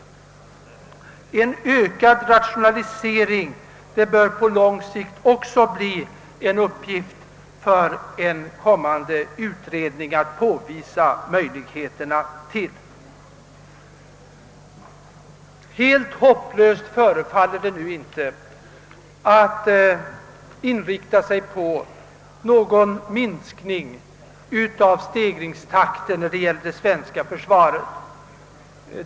Frågan om hur man skall kunna åstadkomma en större grad av rationalisering inom försvaret bör också bli en uppgift för en kommande utredning. Helt hopplöst förefaller det inte att vara att lägga fram ett förslag om en minskning av ökningstakten när det gäller försvarskostnaderna.